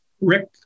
Rick